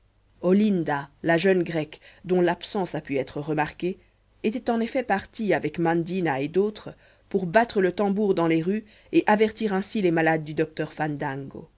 olinda la jeune grecque dont l'absence a pu être remarquée était en effet partie avec mandina et d'autres pour battre le tambour dans les rues et avertir ainsi les malades du docteur